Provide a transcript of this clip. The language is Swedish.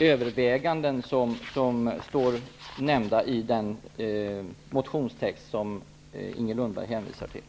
överväganden som står nämnda i den motionstext som Inger Lundberg hänvisar till.